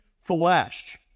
flesh